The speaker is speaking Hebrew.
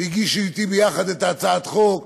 שהגישו אתי את הצעת החוק: